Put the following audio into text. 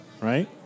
right